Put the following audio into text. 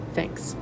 Thanks